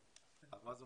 בכלל.